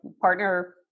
partner